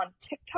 TikTok